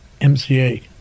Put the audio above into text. MCA